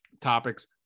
topics